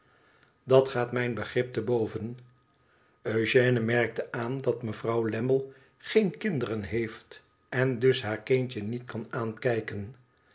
dat gaat mijn begrip te boven ugène merkte aan dat mevrouw lammie geen kinderen heeft en dus haar kindje niet kan aankijken